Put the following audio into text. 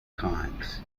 kinds